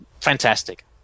fantastic